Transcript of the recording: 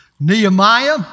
Nehemiah